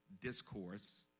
discourse